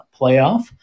playoff